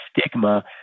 stigma